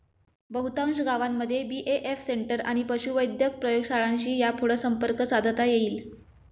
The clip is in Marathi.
बहुतांश गावांमध्ये बी.ए.एफ सेंटर आणि पशुवैद्यक प्रयोगशाळांशी यापुढं संपर्क साधता येईल